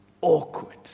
Awkward